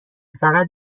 فقط